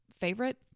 favorite